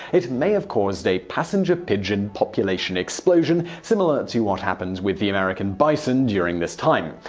it may have caused a passenger pigeon population explosion, similar to what happened with the american bison during this time.